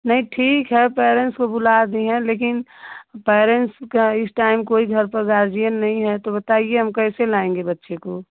नहीं ठीक है पेरेंट्स को बुला दी हैं लेकिन पेरेंट्स का इस टाइम घर पर कोई गार्जियन नहीं है बताइए हम कैसे लाएंगे बच्चे को